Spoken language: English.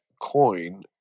coin